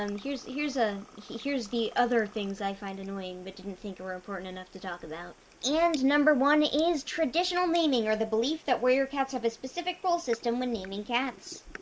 um here's, here's a, here's the other things i find annoying but didn't think were important enough to talk about. and number one is traditional naming, or the belief that warrior cats have a specific role system when naming cats.